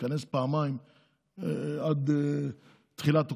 תתכנס פעמיים עד תחילת אוקטובר?